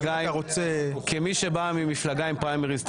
כמי שבא ממפלגה עם פריימריז,